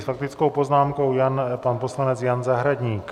S faktickou poznámkou pan poslanec Jan Zahradník.